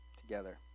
together